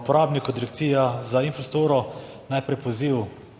uporabniku Direkcija za infrastrukturo najprej poziv